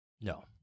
No